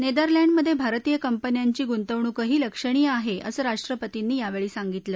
नेरदलँडमधे भारतीय कंपन्यांची गुंतवणूकही लक्षणीय आहे असं राष्ट्रपतींनी यावेळी सांगितलं